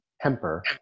temper